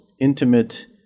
intimate